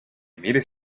mires